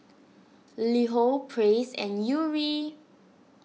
LiHo Praise and Yuri